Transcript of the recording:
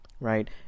right